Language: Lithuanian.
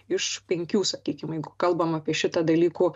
iš penkių sakykim jeigu kalbam apie šitą dalykų